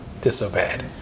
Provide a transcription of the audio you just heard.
disobeyed